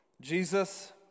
Jesus